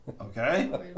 Okay